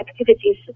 activities